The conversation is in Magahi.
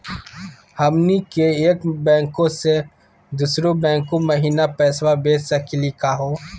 हमनी के एक बैंको स दुसरो बैंको महिना पैसवा भेज सकली का हो?